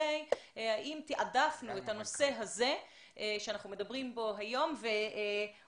האם תעדפנו את הנושא הזה שאנחנו מדברים בו היום ואולי